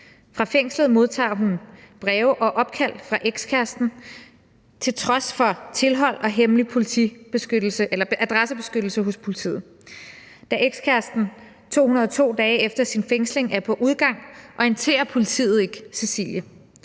Fra fængslet modtager hun breve og opkald fra ekskæresten til trods for tilhold og adressebeskyttelse hos politiet. Da ekskæresten 202 dage efter sin fængsling er på udgang, orienterer politiet ikke Cecilie.